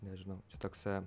nežinau čia toks